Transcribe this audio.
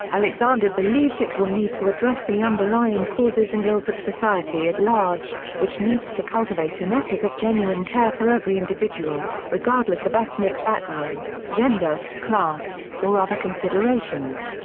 alexander believes it will need to address the underlying causes and ills of society at large, which needs to cultivate an ethic of genuine care for every individual, regardless of ethnic background, gender, class, or other considerations.